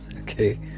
Okay